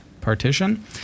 partition